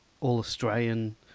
All-Australian